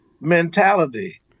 mentality